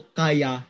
kaya